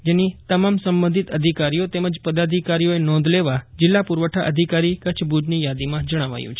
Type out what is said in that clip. જેની તમામ સબંધિત અધિકારીઓ તેમ પદાધિકારીઓએ નોંધ લેવા જિલ્લા પુરવઠા અધિકારી કચ્છવ ભુજની યાદીમાં જણાવાયું છે